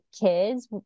kids